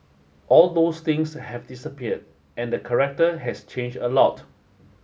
all those things have disappeared and the character has changed a lot